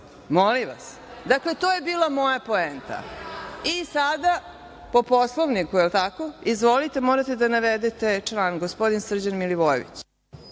Molim vas. Dakle, to je bila moja poenta. Sada, po Poslovniku, jel tako? Izvolite, morate da navedete član. Reč ima gospodin Srđan Milivojević.